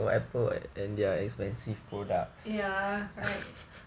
ya right